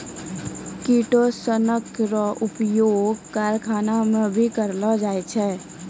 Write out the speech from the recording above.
किटोसनक रो उपयोग करखाना मे भी करलो जाय छै